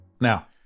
Now